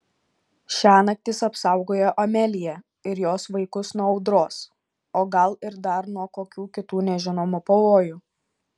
šiąnakt jis apsaugojo ameliją ir jos vaikus nuo audros o gal ir dar nuo kokių kitų nežinomų pavojų